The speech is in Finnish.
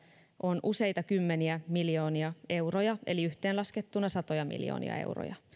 on useita kymmeniä miljoonia euroja eli yhteen laskettuna satoja miljoonia euroja